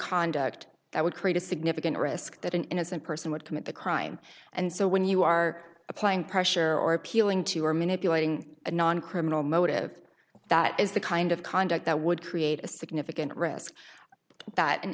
conduct that would create a significant risk that an innocent person would commit the crime and so when you are applying pressure or appealing to or manipulating a non criminal motive that is the kind of conduct that would create a significant risk that an